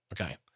okay